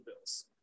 bills